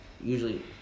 usually